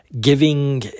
giving